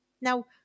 Now